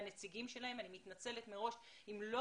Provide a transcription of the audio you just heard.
מהנציגים שלהן ואני מתנצלת מראש אם לא